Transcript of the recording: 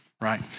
right